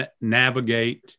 navigate